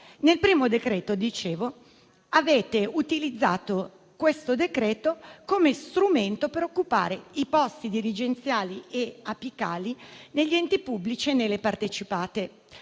l'argomento - avete utilizzato il provvedimento come strumento per occupare i posti dirigenziali e apicali negli enti pubblici e nelle partecipate.